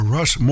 Russ